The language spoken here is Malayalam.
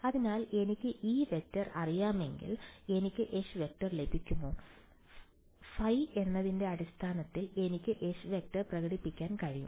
അതിനാൽ എനിക്ക് E→ അറിയാമെങ്കിൽ എനിക്ക് H→ ലഭിക്കുമോ അതിനാൽ ϕ എന്നതിന്റെ അടിസ്ഥാനത്തിൽ എനിക്ക് H→ പ്രകടിപ്പിക്കാൻ കഴിയും